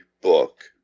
book